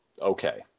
okay